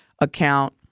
account